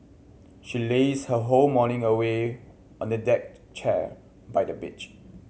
she lazed her whole morning away on a deck chair by the beach